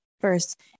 First